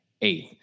eighth